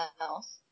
else